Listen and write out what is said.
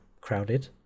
crowded